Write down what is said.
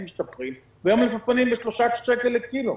ישתפרו והיום יש מלפפונים ב-3 שקלים לקילוגרם.